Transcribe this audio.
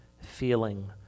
feeling